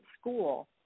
school